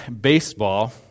baseball